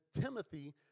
timothy